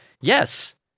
yes